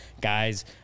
guys